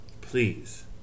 please